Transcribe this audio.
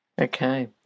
Okay